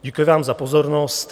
Děkuji vám za pozornost.